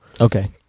Okay